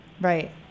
Right